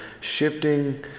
shifting